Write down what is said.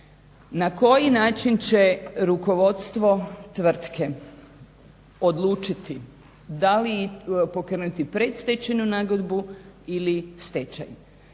Na koji način će rukovodstvo tvrtke odlučiti da li pokrenuti predstečajne nagodbu ili stečaj?